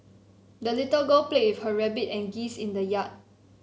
the little girl played with her rabbit and geese in the yard